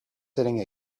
sitting